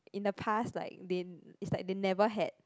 in the past like they it's like they never had